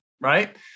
right